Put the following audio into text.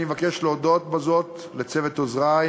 אני מבקש להודות בזאת לצוות עוזרי,